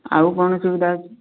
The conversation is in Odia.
ଆଉ କ'ଣ ସୁବିଧା ଅଛି